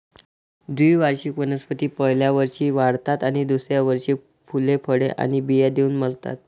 द्विवार्षिक वनस्पती पहिल्या वर्षी वाढतात आणि दुसऱ्या वर्षी फुले, फळे आणि बिया देऊन मरतात